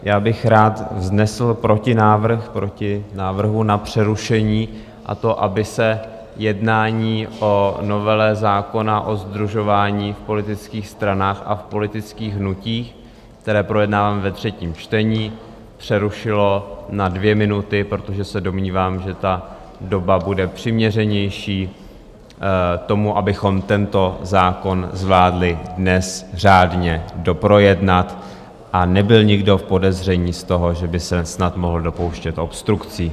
Já bych rád vznesl protinávrh proti návrhu na přerušení, a to aby se jednání o novele zákona o sdružování v politických stranách a v politických hnutích, které projednáváme ve třetím čtení, přerušilo na dvě minuty, protože se domnívám, že ta doba bude přiměřenější tomu, abychom tento zákon zvládli dnes řádně doprojednat a nebyl nikdo v podezření z toho, že by se snad mohl dopouštět obstrukcí.